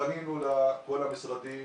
פנינו לכל המשרדים.